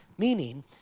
Meaning